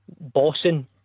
bossing